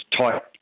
type